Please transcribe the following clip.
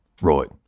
right